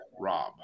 Rob